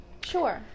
Sure